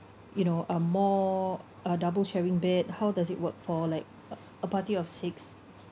you know uh more a double sharing bed how does it work for like a party of six